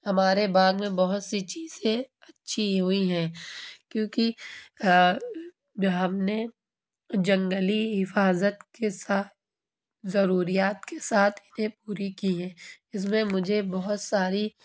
ہمارے باغ میں بہت سی چیزیں اچھی ہوئی ہیں کیونکہ جو ہم نے جنگلی حفاظت کے ساتھ ضروریات کے ساتھ انہیں پوری کی ہیں اس میں مجھے بہت ساری